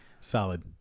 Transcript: solid